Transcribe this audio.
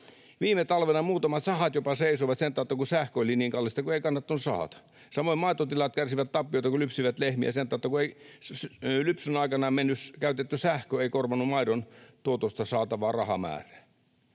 Viime talvena muutamat sahat jopa seisoivat sen tautta, kun sähkö oli niin kallista, ettei kannattanut sahata. Samoin maitotilat kärsivät tappioita, kun lypsivät lehmiä sen tautta, kun lypsyn aikana käytetty sähkö ei korvannut maidon tuotosta saatavaa rahamäärää.